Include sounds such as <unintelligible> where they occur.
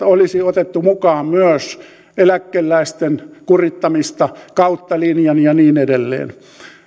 <unintelligible> olisi otettu mukaan myös eläkeläisten kurittamista kautta linjan ja niin edelleen